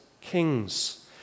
kings